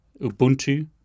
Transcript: Ubuntu